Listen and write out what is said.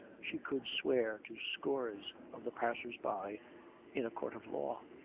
she could swear to scores of the passers-by in a court of law.